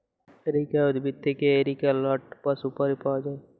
areca উদ্ভিদ থেক্যে areca লাট বা সুপারি পায়া যায়